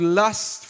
lust